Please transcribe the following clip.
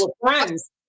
friends